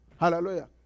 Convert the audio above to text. Hallelujah